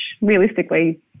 realistically